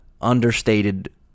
understated